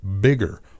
bigger